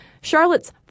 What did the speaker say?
Charlotte's